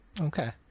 Okay